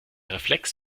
reflex